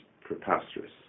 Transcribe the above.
preposterous